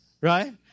right